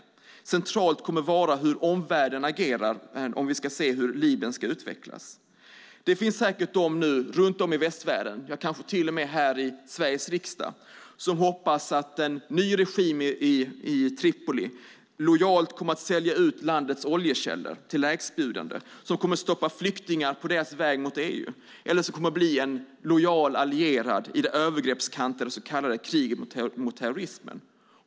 Omvärldens agerande kommer att vara centralt om vi ska se hur Libyen utvecklas. Det finns säkert människor nu runt om i västvärlden - kanske till och med här i Sveriges riksdag - som hoppas att en ny regim i Tripoli lojalt kommer att sälja ut landets oljekällor till lägstbjudande och stoppa flyktingar på deras väg mot EU. Det finns säkert de som hoppas att regimen kommer att bli en lojal allierad i det övergreppskantade så kallade kriget mot terrorismen.